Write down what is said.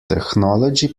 technology